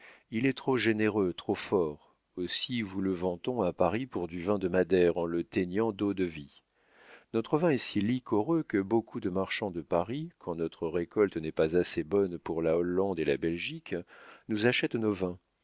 il est trop généreux trop fort aussi vous le vend on à paris pour du vin de madère en le teignant d'eau-de-vie notre vin est si liquoreux que beaucoup de marchands de paris quand notre récolte n'est pas assez bonne pour la hollande et la belgique nous achètent nos vins